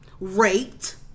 raped